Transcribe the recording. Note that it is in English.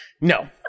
No